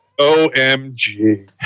Omg